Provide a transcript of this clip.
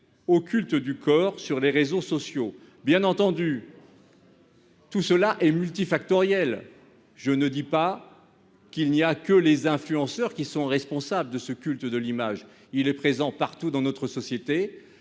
au culte du corps sur les réseaux sociaux. Bien entendu, tout cela est multifactoriel. Je ne dis pas que seuls les influenceurs sont responsables de ce culte de l'image ; celui-ci est présent partout dans notre société.